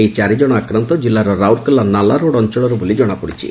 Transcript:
ଏହି ଚାରିଜଣ ଆକ୍ରାନ୍ତ ଜିଲ୍ଲାର ରାଉରକେଲା ନାଲା ରୋଡ ଅଞ୍ଞଳର ବୋଲି ଜଣାପଡିଛି